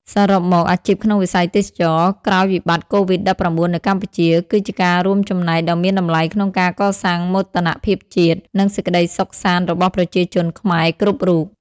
សរុបមក អាជីពក្នុងវិស័យទេសចរណ៍ក្រោយវិបត្តិកូវីដ១៩នៅកម្ពុជា គឺជាការរួមចំណែកដ៏មានតម្លៃក្នុងការកសាងមោទនភាពជាតិ និងសេចក្តីសុខសាន្តរបស់ប្រជាជនខ្មែរគ្រប់រូប។